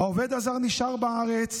העובד הזר נשאר בארץ